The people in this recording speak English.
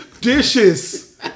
dishes